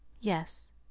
Yes